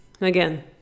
Again